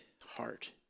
heart